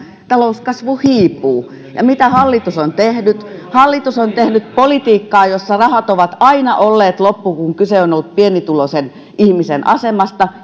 talouskasvu hiipuu ja mitä hallitus on tehnyt hallitus on tehnyt politiikkaa jossa rahat ovat aina olleet loppu kun kyse on ollut pienituloisen ihmisen asemasta